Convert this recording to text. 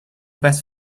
better